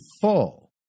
full